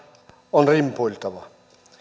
on rimpuiltava